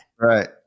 Right